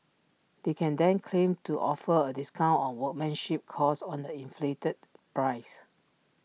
they can then claim to offer A discount on workmanship cost on the inflated price